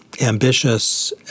ambitious